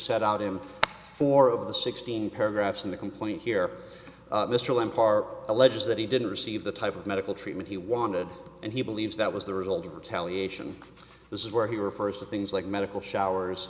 set out him four of the sixteen paragraphs in the complaint here mr lynn far alleges that he didn't receive the type of medical treatment he wanted and he believes that was the result of retaliation this is where he refers to things like medical showers